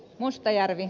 mustajärvi